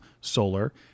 solar